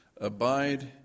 abide